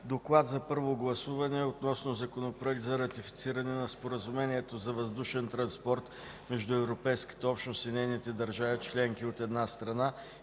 „ДОКЛАД за първо гласуване относно Законопроект за ратифициране на Споразумение за въздушен транспорт между Европейската общност и нейните държави членки, от една страна,